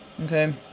Okay